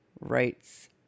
rights